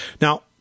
Now